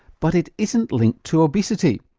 but it isn't linked to obesity.